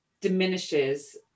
diminishes